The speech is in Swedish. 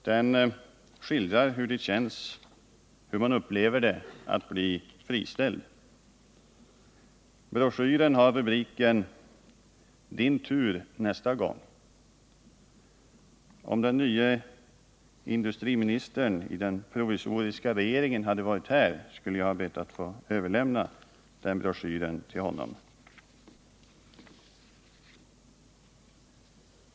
Den skildrar hur det känns, hur man upplever det att bli friställd. Broschyren har rubriken ”Din tur nästa gång”. Om den nye industriministern i den provisoriska regeringen hade varit här, skulle jag ha bett att få överlämna den broschyren till honom.